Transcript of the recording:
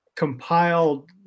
Compiled